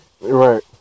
Right